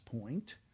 point